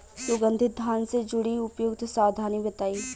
सुगंधित धान से जुड़ी उपयुक्त सावधानी बताई?